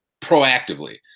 proactively